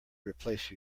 replace